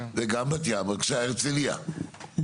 בבקשה הרצליה,